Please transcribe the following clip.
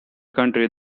country